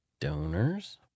donors